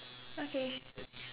okay